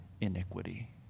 iniquity